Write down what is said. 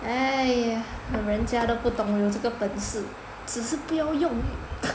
!aiya! 人家都不懂有这个本事只是不要用而已